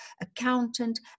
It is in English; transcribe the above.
accountant